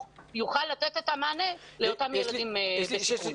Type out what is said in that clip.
יוכל לתת את המענה לאותם ילדים בסיכון.